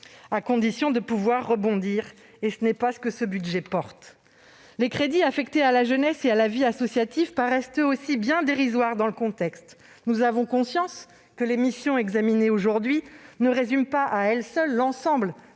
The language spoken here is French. à condition de pouvoir rebondir. Ce budget ne le permettra pas. Les crédits affectés à la jeunesse et à la vie associative paraissent eux aussi bien dérisoires dans le contexte actuel. Nous avons conscience que la mission examinée aujourd'hui ne résume pas à elle seule l'ensemble